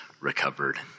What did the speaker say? recovered